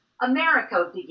America